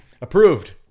approved